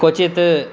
क्वचित्